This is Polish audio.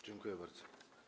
Dziękuję bardzo.